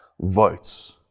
votes